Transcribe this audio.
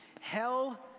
Hell